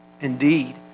Indeed